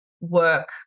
work